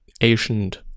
ancient